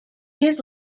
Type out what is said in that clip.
his